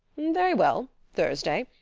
very well thursday.